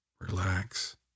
relax